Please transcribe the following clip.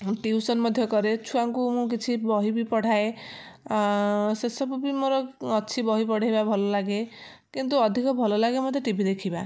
ମୁଁ ଟିଉସନ ମଧ୍ୟ କରେ ଛୁଆଙ୍କୁ ମୁଁ କିଛି ବହି ବି ପଢ଼ାଏ ସେସବୁ ବି ମୋର ଅଛି ବହି ପଢ଼େଇବା ଭଲ ଲାଗେ କିନ୍ତୁ ଅଧିକ ଭଲ ଲାଗେ ମତେ ଟି ଭି ଦେଖିବା